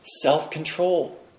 self-control